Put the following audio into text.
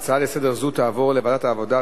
ההצעה הזאת לסדר-היום תעבור לוועדת העבודה,